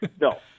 no